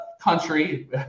country